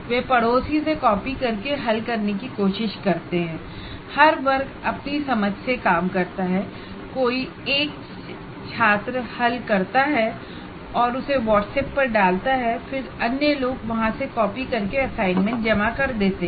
वह पड़ोसी से कॉपी करके हल करने की कोशिश करते हैं हर वर्ग अपनी समझ से काम करता है कोई एक छात्र हल करता है और उसे व्हाट्सएप पर डालता है और फिर अन्य लोग वहां से कॉपी करके असाइनमेंट जमा कर देते हैं